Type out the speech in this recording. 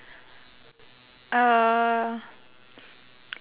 uh